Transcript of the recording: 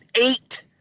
Eight